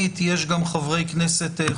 אפילו מצד מנהלי מחלקות המעצרים אצלנו,